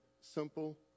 simple